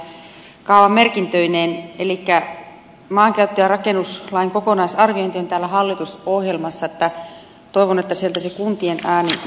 maankäyttö ja rakennuslain kokonaisarviointi on täällä hallitusohjelmassa ja toivon että sieltä se kuntien ääni myös nousee